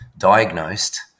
diagnosed